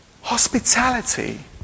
hospitality